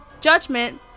Judgment